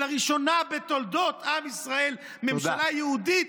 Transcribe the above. שלראשונה בתולדות עם ישראל ממשלה יהודית